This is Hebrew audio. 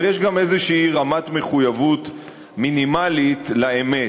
אבל יש גם איזו רמת מחויבות מינימלית לאמת.